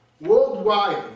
worldwide